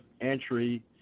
entry